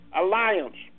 alliance